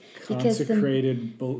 Consecrated